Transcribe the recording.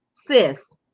Sis